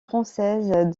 françaises